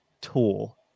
tool